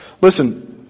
Listen